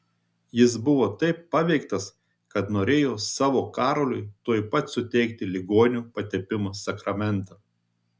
jis buvo taip paveiktas kad norėjo savo karoliui tuoj pat suteikti ligonių patepimo sakramentą